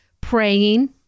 praying